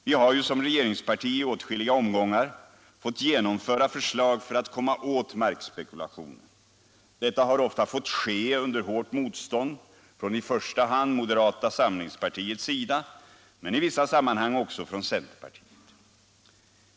Vi har ju som regeringsparti i åtskilliga omgångar fått genomföra förslag för att komma åt markspekulationen. Detta har ofta fått ske under hårt motstånd från i första hand moderata samlingspartiet men i vissa sammanhang också från centerpartiet.